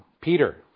Peter